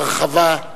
הרחבה.